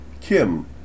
Kim